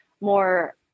more